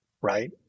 right